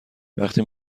وقتی